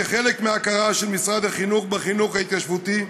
כחלק מההכרה של משרד החינוך בחינוך ההתיישבותי,